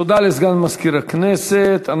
תודה לסגן מזכירת הכנסת.